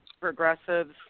progressives